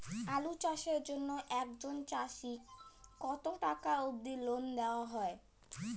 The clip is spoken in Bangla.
আলু চাষের জন্য একজন চাষীক কতো টাকা অব্দি লোন দেওয়া হয়?